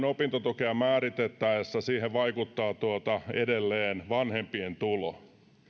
opintotukea määritettäessä siihen vaikuttaa edelleen vanhempien tulot